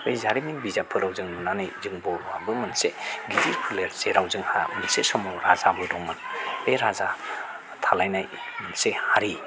बे जारिमिन बिजाबफोराव जों नुनानै जों बर'आबो मोनसे गिदिर फोलेर जेराव जोंहा मोनसे समाव राजाबो दंमोन बे राजा थालायनाय मोनसे हारि